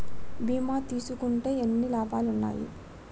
బీమా తీసుకుంటే ఎన్ని లాభాలు ఉన్నాయి?